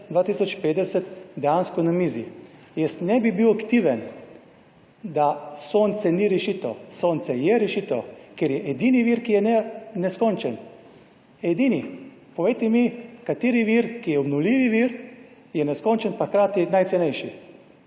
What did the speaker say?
2050 dejansko na mizi. Jaz ne bi bil aktiven, da Sonce ni rešitev, sonce je rešitev, ker je edini vir, ki je neskončen, edini. Povejte mi, kateri vir, ki je obnovljivi vir je neskončen pa hkrati najcenejši.